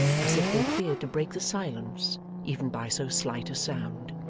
as if they feared to break the silence even by so slight a sound.